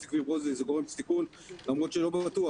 סיסטיק פיברוזיס זה גורם סיכון למרות שלא בטוח